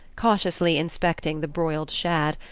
cautiously inspecting the broiled shad,